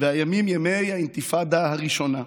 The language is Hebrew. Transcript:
והימים ימי האינתיפאדה הראשונה,